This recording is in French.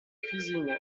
cuisine